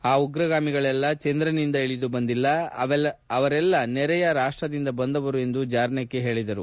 ಆ ಉಗ್ರಗಾಮಿಗಳೆಲ್ಲಾ ಚಂದ್ರನಿಂದ ಇಳಿದುಬಂದಿಲ್ಲ ಅವರೆಲ್ಲಾ ನೆರೆಯ ರಾಷ್ಟ್ರದಿಂದ ಬಂದವರು ಎಂದು ಜಾರ್ನೆಕಿ ಹೇಳಿದರು